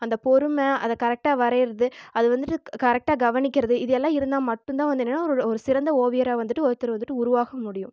அந்த பொறுமை அத கரெக்டாக வரையிறது அது வந்துவிட்டு கரெக்டாக கவனிக்கிறது இது எல்லாம் இருந்தால் மட்டும்தான் வந்து என்னென்னா ஒரு ஒரு சிறந்த ஓவியராக வந்துவிட்டு ஒருத்தர் வந்துவிட்டு உருவாக முடியும்